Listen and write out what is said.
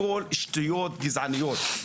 הכול שטויות גזעניות.